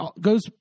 goes